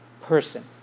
person